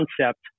concept